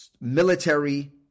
military